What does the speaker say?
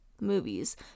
movies